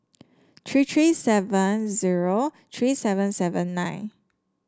three three seven zero three seven seven nine